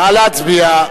נא להצביע.